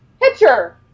pitcher